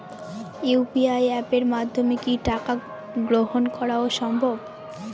UPI অ্যাপের মাধ্যমে কি টাকা গ্রহণ করাও সম্ভব?